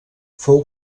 fou